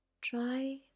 Try